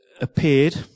appeared